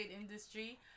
industry